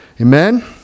Amen